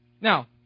now